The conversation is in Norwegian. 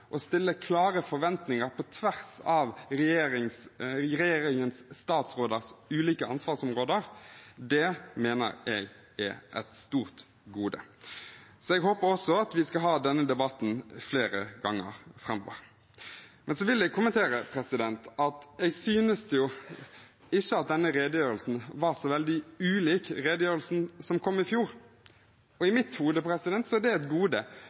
et stort gode. Jeg håper også at vi skal ha denne debatten flere ganger framover. Så vil jeg kommentere at jeg ikke synes denne redegjørelsen var så veldig ulik redegjørelsen som kom i fjor. I mitt hode er det et gode,